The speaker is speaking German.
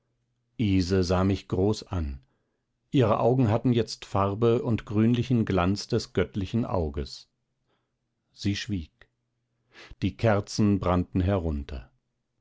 ise sah mich groß an ihre augen hatten jetzt farbe und grünlichen glanz des göttlichen auges sie schwieg die kerzen brannten herunter